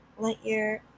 Lightyear